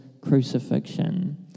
crucifixion